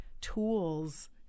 tools